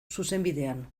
zuzenbidean